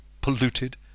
polluted